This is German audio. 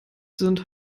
sind